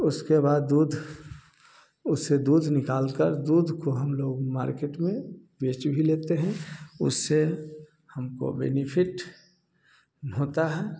उसके बाद दूध उससे दूध निकाल कर दूध को हम लोग मार्केट में बेच भी लेते हैं उससे हमको बेनिफिट होता है